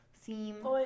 theme